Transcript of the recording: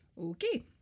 Okay